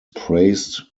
praised